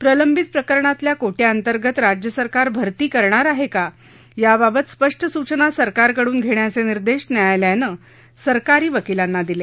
प्रलंबित प्रकरणातल्या कोटयाअंतर्गत राज्य सरकार भर्ती करणार आहे का याबाबत स्पष्ट सूचना सरकारकडून घेण्याचे निर्देश न्यायालयानं सरकारी वकीलांना दिले